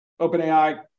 OpenAI